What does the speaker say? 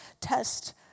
test